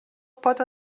pot